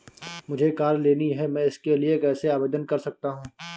मुझे कार लेनी है मैं इसके लिए कैसे आवेदन कर सकता हूँ?